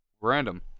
random